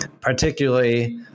Particularly